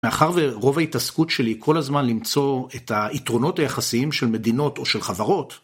מאחר ורוב ההתעסקות שלי כל הזמן למצוא את היתרונות היחסיים של מדינות או של חברות,